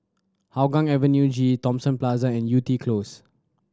Hougang Avenue G Thomson Plaza and Yew Tee Close